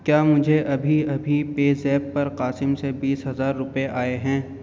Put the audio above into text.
کیا مجھے ابھی ابھی پے زیپ پر قاسم سے بیس ہزار روپے آئے ہیں